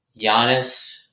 Giannis